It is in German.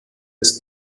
ist